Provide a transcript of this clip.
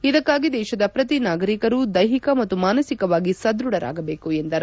ಇದಕ್ಕಾಗಿ ದೇಶದ ಪ್ರತಿ ನಾಗರಿಕರು ದೈಹಿಕ ಮತ್ತು ಮಾನಸಿಕವಾಗಿ ಸದೃಢರಾಗಬೇಕು ಎಂದರು